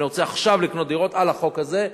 אני רוצה עכשיו לקנות דירות לפי החוק הזה.